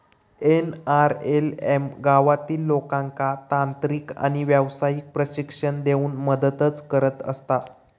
NRLM गावातील लोकांका तांत्रिक आणि व्यावसायिक प्रशिक्षण देऊन मदतच करत असता